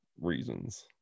reasons